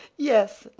yes,